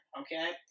okay